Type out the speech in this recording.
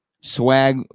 Swag